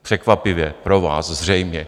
Překvapivě pro vás zřejmě.